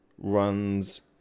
Runs